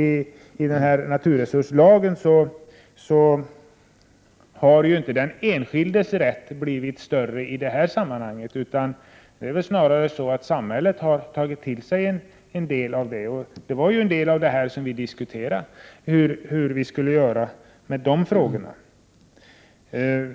I naturresurslagen har ju inte den enskildes rätt blivit större i detta sammanhang. Det är väl snarare så att samhället har tagit till sig en del av det, och det var ju en del av dessa frågor som vi diskuterade.